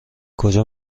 کجا